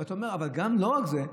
אתה אומר: אבל לא רק זה,